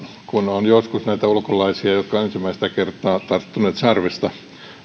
kun joskus on näitä ulkolaisia jotka ovat ensimmäistä kertaa tarttuneet sarvista